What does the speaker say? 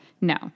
No